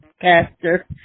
Pastor